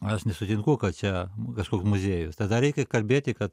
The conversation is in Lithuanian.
aš nesutinku kad čia kažkoks muziejus tada reikia kalbėti kad